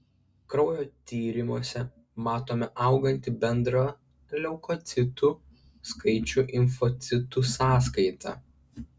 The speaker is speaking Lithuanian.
kraujo tyrimuose matome augantį bendrą leukocitų skaičių limfocitų sąskaita